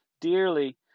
dearly